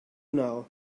now